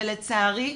ולצערי,